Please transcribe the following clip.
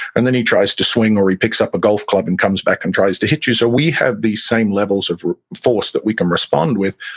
and then he tries to swing or he picks up a golf club and comes back and tries to hit you so we have these same levels of force that we can respond with,